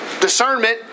Discernment